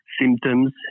symptoms